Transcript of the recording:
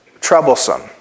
troublesome